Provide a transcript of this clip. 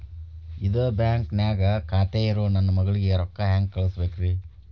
ಇದ ಬ್ಯಾಂಕ್ ನ್ಯಾಗ್ ಖಾತೆ ಇರೋ ನನ್ನ ಮಗಳಿಗೆ ರೊಕ್ಕ ಹೆಂಗ್ ಕಳಸಬೇಕ್ರಿ?